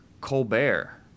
Colbert